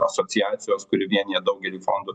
asociacijos kuri vienija daugelį fondų